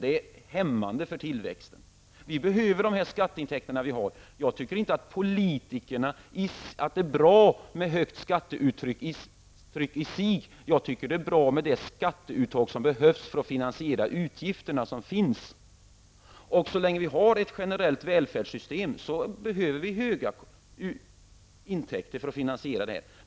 Det är hämmande för tillväxten. Vi behöver de skatteintäkter vi har. Jag anser inte att det är bra med ett högt skattetryck i sig. Jag anser att det är bra med det skatteuttag som behövs för att finansiera de utgifter som finns. Så länge vi har ett generellt välfärdssystem behöver vi höga intäkter för att finansiera det.